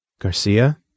Garcia